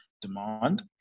demand